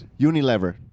Unilever